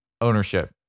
ownership